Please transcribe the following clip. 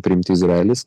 priimti izraelis